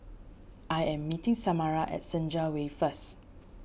I am meeting Samara at Senja Way first